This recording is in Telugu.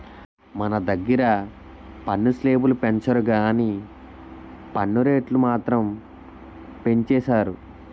మన దగ్గిర పన్ను స్లేబులు పెంచరు గానీ పన్ను రేట్లు మాత్రం పెంచేసారు